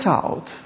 out